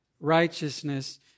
righteousness